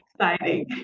exciting